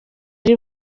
ari